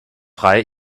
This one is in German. frei